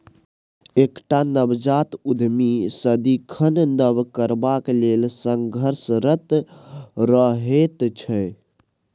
एकटा नवजात उद्यमी सदिखन नब करबाक लेल संघर्षरत रहैत छै